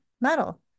metal